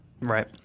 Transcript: right